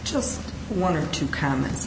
just one or two comments